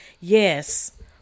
Yes